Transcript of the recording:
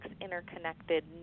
interconnected